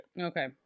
Okay